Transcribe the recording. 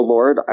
Lord